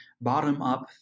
bottom-up